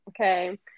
Okay